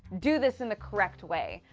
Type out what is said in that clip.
do this in the correct way.